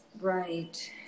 Right